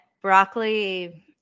Broccoli